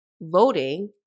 voting